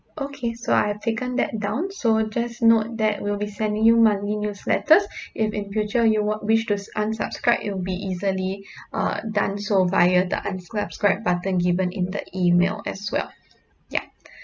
okay so I've taken that down so just note that we'll be sending you monthly newsletters if in future you want wish to unsubscribe it'll be easily uh done so via the unsubscribe button given in the email as well ya